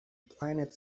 planet